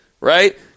right